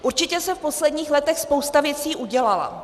Určitě se v posledních letech spousta věcí udělala.